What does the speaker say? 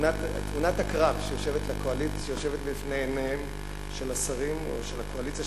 תמונת הקרב שיושבת לפני עיניהם של השרים או של הקואליציה,